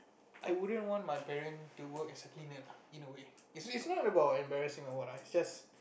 I wouldn't want my parent to work as a cleaner lah in a way is is not about embarrassing or what lah is just